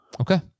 Okay